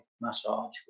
massage